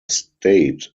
state